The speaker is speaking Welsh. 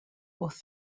wrth